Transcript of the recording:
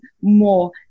more